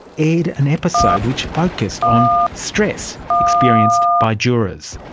aired an episode which focussed on stress experienced by jurors.